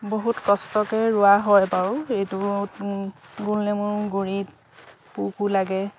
বহুত কষ্টকৈ ৰোৱা হয় বাৰু এইটোত গোল নেমুৰ গুৰিত পোকো লাগে